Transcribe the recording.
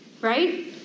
Right